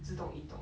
自动移动